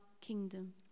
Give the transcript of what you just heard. kingdom